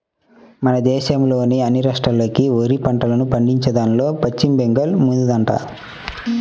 మన దేశంలోని అన్ని రాష్ట్రాల్లోకి వరి పంటను పండించేదాన్లో పశ్చిమ బెంగాల్ ముందుందంట